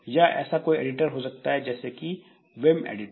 या ऐसा कोई एडिटर हो सकता है जैसे कि विम एडिटर